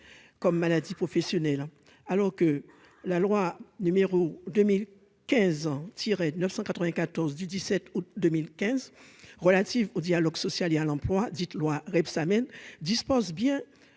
comme maladie professionnelle, alors que la loi numéro 2015 en tirer 9194 du 17 août 2015 relatives au dialogue social et à l'emploi, dite loi Rebsamen dispose bien